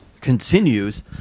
continues